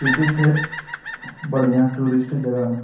क्युंकि इत्थें बड़ियां टूरिस्ट जगह् ना